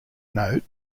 note